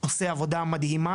עושה עבודה מדהימה